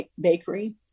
Bakery